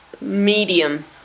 medium